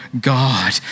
God